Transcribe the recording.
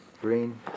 green